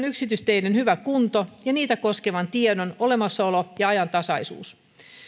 yksityisteiden hyvä kunto ja niitä koskevan tiedon olemassaolo ja ajantasaisuus